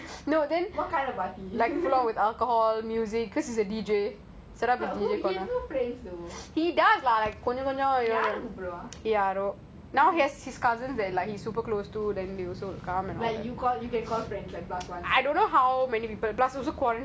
can I come what kind of party but who he who plays though யாரை கூப்புடுவான்:yaara kupuduvan